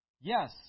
Yes